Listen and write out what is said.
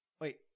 wait